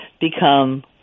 become